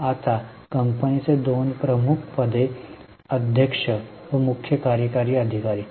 आता कंपनीचे 2 प्रमुख पदे अध्यक्ष व मुख्य कार्यकारी अधिकारी आहेत